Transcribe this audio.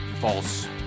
false